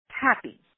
happy